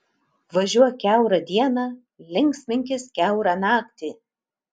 važiuok kiaurą dieną linksminkis kiaurą naktį